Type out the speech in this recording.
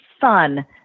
fun